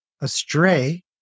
astray